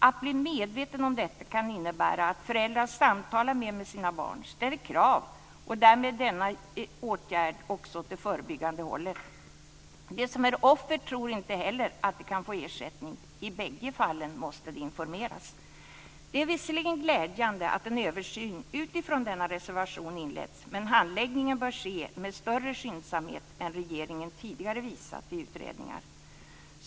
Att bli medveten om detta kan innebära att föräldrar samtalar mer med sina barn och ställer krav, och därmed är denna åtgärd också åt det förebyggande hållet. Inte heller tror de som är offer att de kan få ersättning. I bägge fallen måste det alltså informeras. Det är visserligen glädjande att en översyn utifrån denna reservation har inletts men handläggningen bör ske med större skyndsamhet än regeringen tidigare visat vid utredningar.